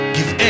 Give